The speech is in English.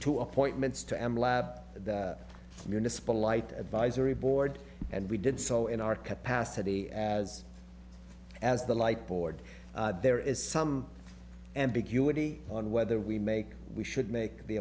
two appointments to m lab the municipal light at visor reboard and we did so in our capacity as as the light board there is some ambiguity on whether we make we should make the